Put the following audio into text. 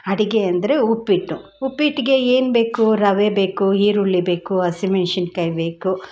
ಅಡಿಗೆ ಅಂದರೆ ಉಪ್ಪಿಟ್ಟು ಉಪ್ಪಿಟ್ಟಿಗೆ ಏನ್ಬೇಕು ರವೆ ಬೇಕು ಈರುಳ್ಳಿ ಬೇಕು ಹಸಿ ಮೆಣ್ಸಿನ ಕಾಯಿ ಬೇಕು